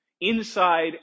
inside